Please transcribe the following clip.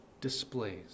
displays